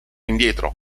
indietro